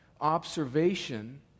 observation